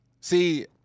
See